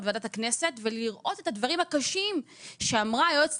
ועדת הכנסת ולראות את הדברים הקשים שאמרה היועצת